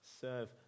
serve